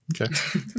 Okay